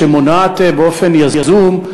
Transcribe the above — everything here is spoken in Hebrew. שמונעת באופן יזום,